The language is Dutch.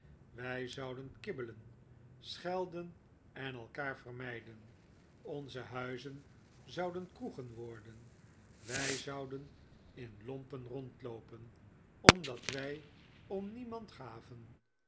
wij zouden kibbelen schelden en elkaar vermijden onze huizen zouden kroegen worden wij zouden in lompen rondloopen omdat wij om niemand gaven